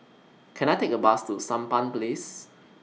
Can I Take A Bus to Sampan Place